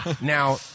Now